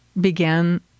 began